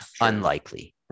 Unlikely